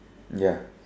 ya